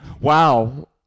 Wow